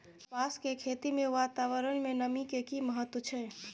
कपास के खेती मे वातावरण में नमी के की महत्व छै?